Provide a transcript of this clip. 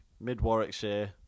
Mid-Warwickshire